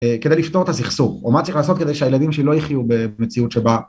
כדי לפתור את הסכסוך, או מה צריך לעשות כדי שהילדים שלי לא יחיו במציאות שבה